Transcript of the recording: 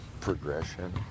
progression